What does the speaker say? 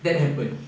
then happened